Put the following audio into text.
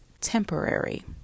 temporary